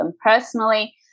personally